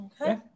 Okay